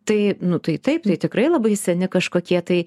tai nu tai taip tikrai labai seni kažkokie tai